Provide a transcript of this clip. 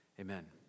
Amen